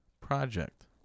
Project